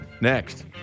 next